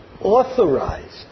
authorized